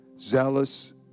zealous